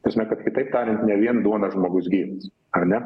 ta prasme kad kitaip tariant ne vien duona žmogus gyvas a ne